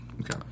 Okay